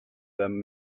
them